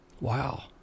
Wow